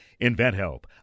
InventHelp